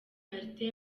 martin